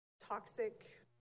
toxic